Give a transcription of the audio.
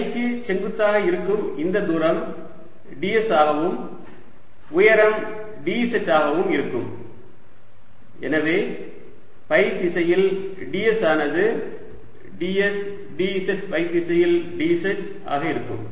five க்கு செங்குத்தாக இருக்கும் இந்த தூரம் ds ஆகவும் உயரம் dz ஆகவும் இருக்கும் எனவே ஃபை திசையில் ds ஆனது ds dz ஃபை திசையில் dz ஆக இருக்கும்